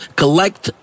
collect